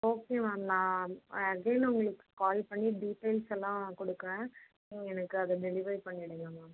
okay ma'am நான் again உங்களுக்கு call பண்ணி டீட்டைல்ஸெல்லாம் கொடுக்கறேன் நீங்கள் எனக்கு அதை டெலிவரி பண்ணிவிடுங்க மேம்